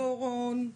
דורון,